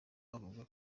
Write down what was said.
avuga